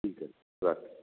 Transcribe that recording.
ঠিক আছে রাখি